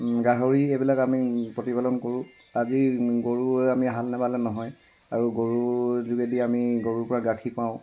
গাহৰি এইবিলাক আমি প্ৰতিপালন কৰো আজি গৰুৱে আমি হাল নাবালে নহয় আৰু গৰু যোগেদি আমি গৰু পৰা গাখীৰ পাওঁ